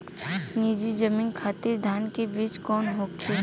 नीची जमीन खातिर धान के बीज कौन होखे?